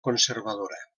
conservadora